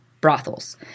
brothels